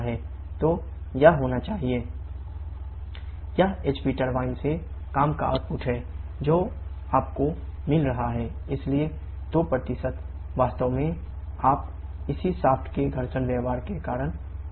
तो यह होना चाहिए ≈ 272 𝑘𝐽𝐾 यह HP टरबाइन के घर्षण व्यवहार के कारण खो रहे हैं